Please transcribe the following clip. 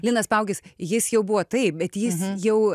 linas paugis jis jau buvo taip bet jis jau